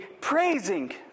praising